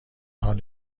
حال